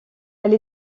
elle